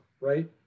right